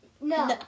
No